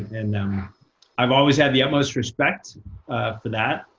and i've always had the utmost respect for that.